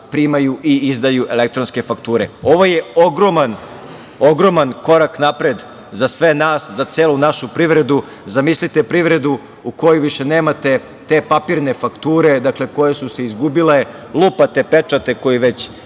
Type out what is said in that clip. primaju i izdaju elektronske fakture. Ovo je ogroman korak napred za sve nas, za celu našu privredu. Zamislite privredu u kojoj više nemate te papirne fakture, dakle koje su se izgubile, lupate pečate koji već